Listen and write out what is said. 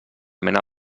mena